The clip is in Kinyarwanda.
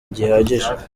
gihagije